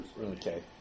Okay